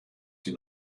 die